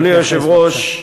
אדוני היושב-ראש,